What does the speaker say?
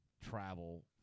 travel